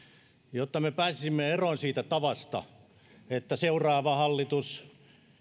jotta me pääsisimme eroon siitä tavasta että seuraava hallitus